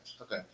Okay